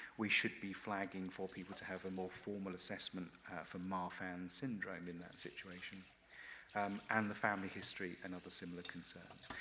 we should be flagging for people to have a more formal assessment for marfan syndrome in that situation and the family history and other similar concerns.